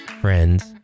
friends